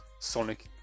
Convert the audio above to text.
sonic